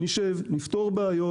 נשב ונפתור בעיות.